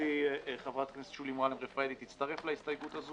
חברתי חברת הכנסת שולי מועלם-רפאלי תצטרף להסתייגות הזו.